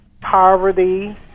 poverty